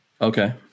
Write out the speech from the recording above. okay